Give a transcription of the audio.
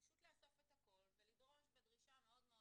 פשוט לאסוף את הכל ולדרוש בדרישה מאוד מאוד